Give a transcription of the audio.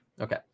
Okay